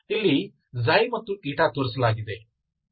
ಇಲ್ಲಿ ξ ಮತ್ತು η ತೋರಿಸಲಾಗಿದೆ